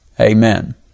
Amen